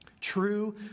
true